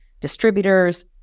distributors